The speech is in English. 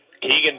Keegan